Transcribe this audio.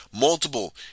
multiple